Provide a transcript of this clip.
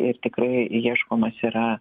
ir tikrai ieškomas yra